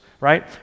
right